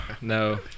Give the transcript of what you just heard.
no